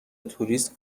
توریست